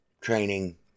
training